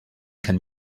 can